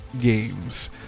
Games